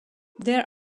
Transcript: there